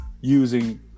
using